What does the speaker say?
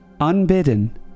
unbidden